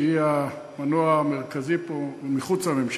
שהיא המנוע המרכזי פה מחוץ לממשלה,